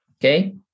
Okay